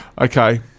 Okay